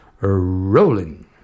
Rolling